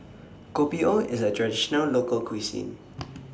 Kopi O IS A Traditional Local Cuisine